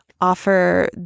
offer